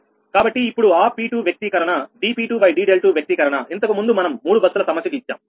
కాబట్టి ఇప్పుడు ఆ P2 వ్యక్తీకరణ dp2d∂2 వ్యక్తీకరణ ఇంతకు ముందు మనం మూడు బస్సుల సమస్యకు ఇచ్చాం